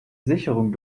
sicherung